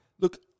look